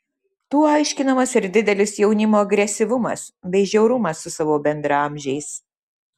tuo aiškinamas ir didelis jaunimo agresyvumas bei žiaurumas su savo bendraamžiais